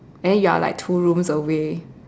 then you are like two rooms away